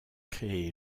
créé